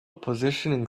positioning